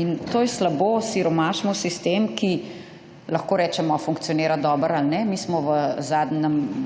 In to je slabo. Siromašimo sistem, ki, lahko rečemo, a funkcionira dobro ali ne. Mi smo v